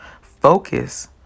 Focus